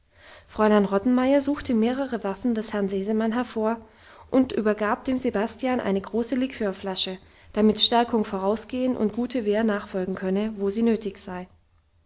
fräulein rottenmeier suchte mehrere waffen des herrn sesemann hervor und übergab dem sebastian eine große liqueurflasche damit stärkung vorausgehen und gute wehr nachfolgen könne wo sie nötig sei